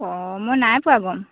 অঁ মই নাই পোৱা গ'ম